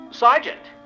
sergeant